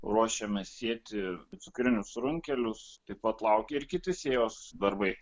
ruošiame sėti cukrinius runkelius taip pat laukia ir kiti sėjos darbai